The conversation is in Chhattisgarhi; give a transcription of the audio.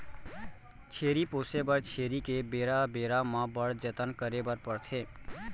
छेरी पोसे बर छेरी के बेरा बेरा म बड़ जतन करे बर परथे